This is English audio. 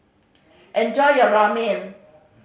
enjoy your Ramen